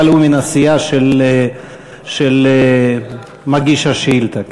אבל הוא מן הסיעה של מגיש השאילתה.